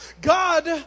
God